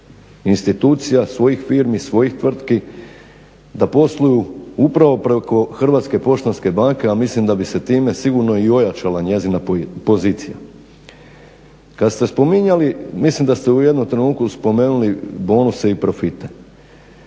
institucija, svojih firmi, svojih tvrtki da posluju upravo preko HPB-a a mislim da bi se time sigurno i ojačala njezina pozicija. Kad ste spominjali, mislim da ste u jednom trenutku spomenuli bonuse i profite,